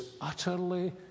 utterly